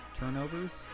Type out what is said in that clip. turnovers